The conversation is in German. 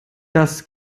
das